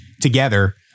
together